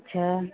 अच्छा